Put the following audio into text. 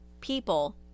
People